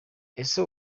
ese